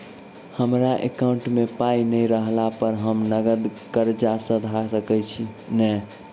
हमरा एकाउंट मे पाई नै रहला पर हम नगद कर्जा सधा सकैत छी नै?